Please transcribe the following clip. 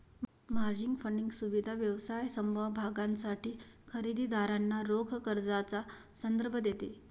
margin funding सुविधा व्यवसाय समभागांसाठी खरेदी दारांना रोख कर्जाचा संदर्भ देते